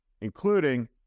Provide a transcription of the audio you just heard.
including